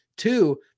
Two